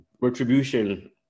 retribution